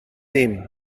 dim